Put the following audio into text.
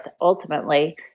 ultimately